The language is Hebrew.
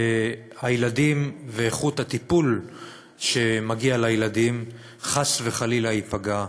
הילדים ואיכות הטיפול שמגיע לילדים חס וחלילה ייפגעו.